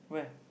where